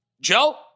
Joe